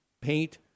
paint